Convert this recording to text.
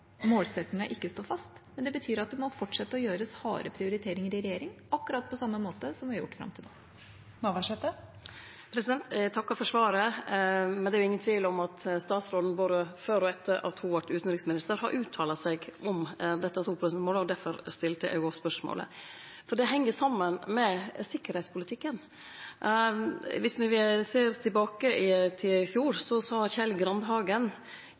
fast, men det betyr at vi må fortsette å gjøre harde prioriteringer i regjering, akkurat på samme måte som vi har gjort fram til nå. Eg takkar for svaret. Det er jo ingen tvil om at statsråden både før og etter at ho vart utanriksminister har uttalt seg om dette 2-prosentmålet, og difor stilte eg spørsmålet. Dette heng saman med sikkerheitspolitikken. Viss me ser tilbake til i fjor, så sa Kjell Grandhagen